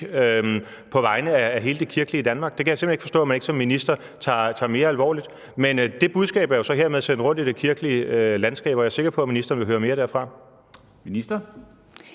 på vegne af hele det kirkelige Danmark. Det kan jeg simpelt hen ikke forstå at man som minister ikke tager mere alvorligt. Men det budskab er jo så hermed sendt rundt i det kirkelige landskab, og jeg er sikker på, at ministeren vil høre mere derfra. Kl.